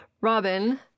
Robin